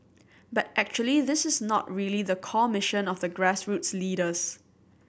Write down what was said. but actually this is not really the core mission of the grassroots leaders